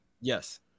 Yes